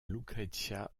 lucrezia